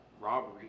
robbery